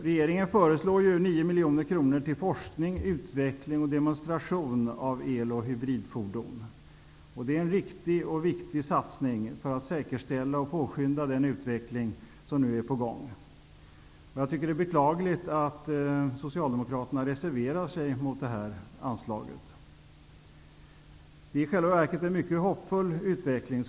Regeringen föreslår ju 9 miljoner kronor till forskning, utveckling och demonstration av el och hybridfordon. Det är en riktig och viktig satsning för att den utveckling som nu är på gång skall kunna säkerställas och påskyndas. Det är beklagligt att Socialdemokraterna reserverar sig mot det här anslaget. I själva verket är detta en mycket hoppfull utveckling.